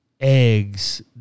eggs